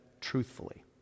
truthfully